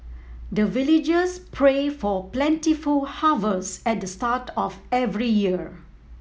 the villagers pray for plentiful harvest at the start of every year